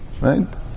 right